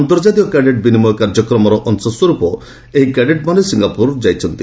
ଅନ୍ତର୍ଜାତୀୟ କ୍ୟାଡେଟ୍ ବିନିମୟ କାର୍ଯ୍ୟକ୍ରମର ଅଂଶବିଶେଷ ଭାବେ ଏହି କ୍ୟାଡେଟ୍ମାନେ ସିଙ୍ଗାପୁର ଯାଇଛନ୍ତି